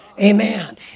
Amen